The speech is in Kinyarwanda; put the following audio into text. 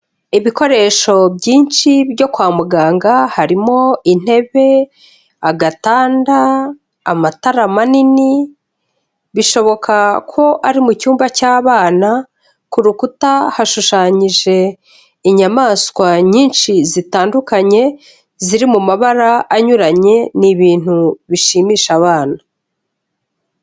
Ibikoresho byinshi byo kwa muganga harimo intebe, agatanda, amatara manini, bishoboka ko ari mu cyumba cy'abana, ku rukuta hashushanyije inyamaswa nyinshi zitandukanye ziri mu mabara anyuranye, ni ibintu bishimisha abana.